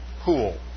pool